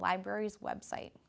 library's website